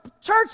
church